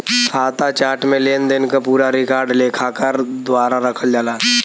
खाता चार्ट में लेनदेन क पूरा रिकॉर्ड लेखाकार द्वारा रखल जाला